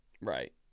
Right